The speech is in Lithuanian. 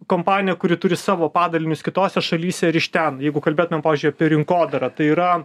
kompanija kuri turi savo padalinius kitose šalyse ir iš ten jeigu kalbėtumėm pavyzdžiui apie rinkodarą tai yra